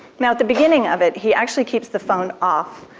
now, at the beginning of it, he actually keeps the phone off.